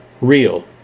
real